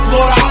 Lord